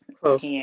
Close